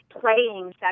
playing